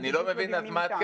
בסדר.